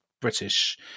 british